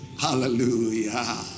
Hallelujah